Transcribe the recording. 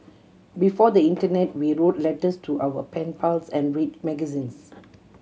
before the internet we wrote letters to our pen pals and read magazines